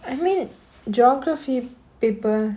I mean geography paper